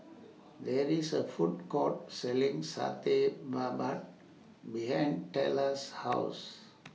There IS A Food Court Selling Satay Babat behind Tella's House